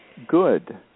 Good